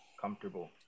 comfortable